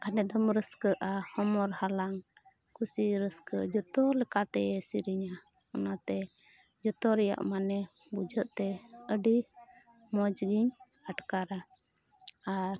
ᱜᱷᱟᱱᱮᱢ ᱫᱚᱢ ᱨᱟᱹᱥᱠᱟᱹᱜᱼᱟ ᱦᱚᱢᱚᱨ ᱦᱟᱞᱟᱝ ᱠᱩᱥᱤ ᱨᱟᱹᱥᱠᱟᱹ ᱡᱚᱛᱚ ᱞᱮᱠᱟᱛᱮ ᱥᱮᱨᱮᱧᱟ ᱚᱱᱟᱛᱮ ᱡᱚᱛᱚ ᱨᱮᱭᱟᱜ ᱢᱟᱱᱮ ᱵᱩᱡᱷᱟᱹᱜᱛᱮ ᱟᱹᱰᱤ ᱢᱚᱡᱽ ᱜᱮᱧ ᱟᱴᱠᱟᱨᱟ ᱟᱨ